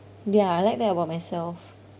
ya I like that about myself